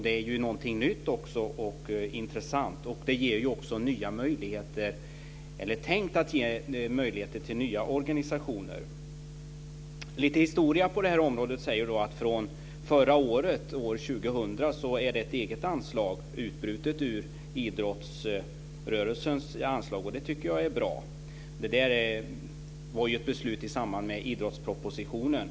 Det är något nytt och intressant, och det är också tänkt att ge möjligheter till nya organisationer. Lite historia på området säger att från förra året, år 2000, är detta ett eget anslag utbrutet ur idrottsrörelsens anslag. Det tycker jag är bra. Det var ju ett beslut i samband med idrottspropositionen.